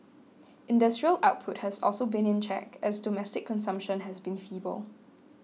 industrial output has also been in check as domestic consumption has been feeble